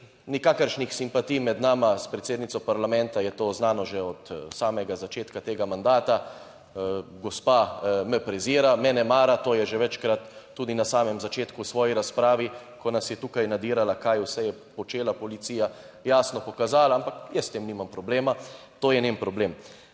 nikakršnih simpatij med nama s predsednico parlamenta, je to znano že od samega začetka tega mandata. Gospa me prezira, me ne mara, to je že večkrat tudi na samem začetku v svoji razpravi, ko nas je tukaj nadzirala, kaj vse je počela policija, jasno pokazala, ampak jaz s tem nimam problema, to je njen problem.